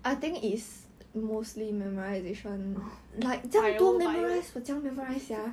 bio bio